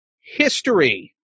history